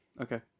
Okay